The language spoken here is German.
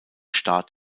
staat